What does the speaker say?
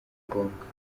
ngombwa